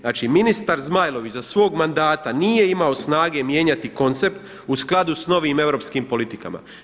Znači ministar Zmajlović za svog mandata nije imao snage mijenjati koncept u skladu s novim europskim politikama.